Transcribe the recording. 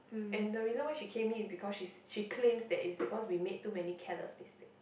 and the reason why she came me is because she she claimed that is because we made too many careless mistakes